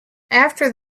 after